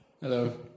Hello